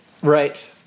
right